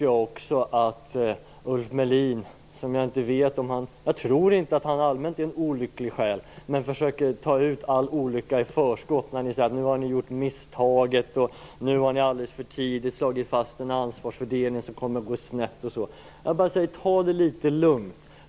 Jag tror inte att Ulf Melin allmänt är en olycklig själ, men han försöker nu ta ut all olycka i förskott genom att säga att vi har begått misstag, att vi alldeles för tidigt har slagit fast en ansvarsfördelning som kommer att gå snett, osv. Ta det nu litet lugnt!